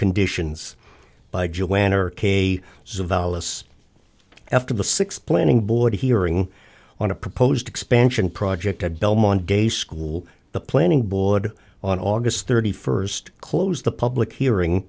conditions by joanne or k savalas after the six planning board hearing on a proposed expansion project at belmont day school the planning board on august thirty first close the public hearing